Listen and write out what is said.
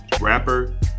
rapper